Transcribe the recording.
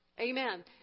Amen